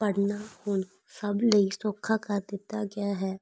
ਪੜ੍ਹਨਾ ਹੁਣ ਸਭ ਲਈ ਸੌਖਾ ਕਰ ਦਿੱਤਾ ਗਿਆ ਹੈ